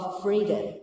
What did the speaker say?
freedom